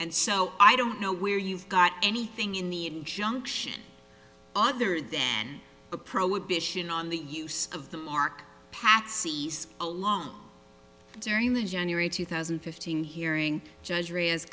and so i don't know where you've got anything in the injunction other than the prohibition on the use of the mark patsies along during the january two thousand and fifteen hearing judge areas